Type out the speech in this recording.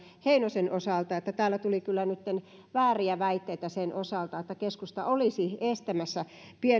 heinosen osalta että täällä tuli kyllä nytten vääriä väitteitä sen osalta että keskusta olisi estämässä